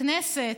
הכנסת,